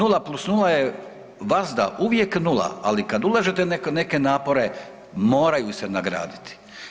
0 + 0 je vazda, uvijek 0. Ali kad ulažete neke napore, moraju se nagraditi.